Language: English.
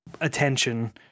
attention